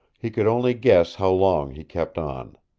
he could only guess how long he kept on.